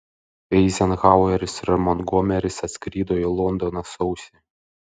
eizenhaueris ir montgomeris atskrido į londoną sausį